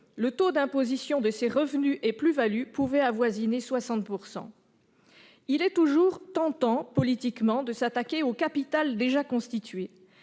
le taux d'imposition de ces revenus et plus-values pouvait avoisiner 60 %. Il est toujours tentant, politiquement, de s'attaquer au capital déjà constitué